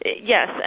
Yes